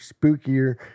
spookier